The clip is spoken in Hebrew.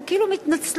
הן כאילו מתנצלות,